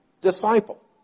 disciple